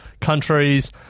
countries